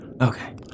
Okay